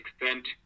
extent